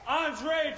andre